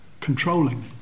controlling